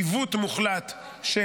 עיוות מוחלט של